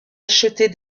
acheter